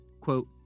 quote